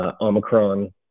Omicron